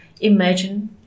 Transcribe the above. Imagine